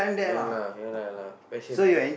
ya lah ya lah ya lah passion